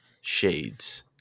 Shades